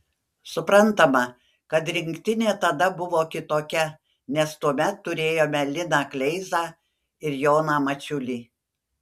suprantama kad rinktinė tada buvo kitokia nes tuomet turėjome liną kleizą ir joną mačiulį